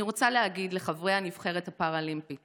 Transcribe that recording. אני רוצה להגיד לחברי הנבחרת הפראלימפית